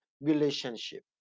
relationship